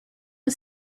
the